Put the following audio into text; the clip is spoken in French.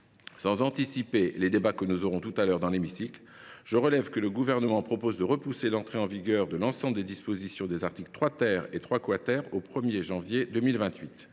Sans anticiper les débats que nous aurons tout à l’heure dans l’hémicycle, je relève que le Gouvernement propose de repousser l’entrée en vigueur de l’ensemble des dispositions des articles 3 et 3 au 1 janvier 2028.